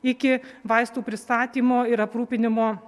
iki vaistų pristatymo ir aprūpinimo